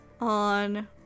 on